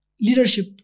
leadership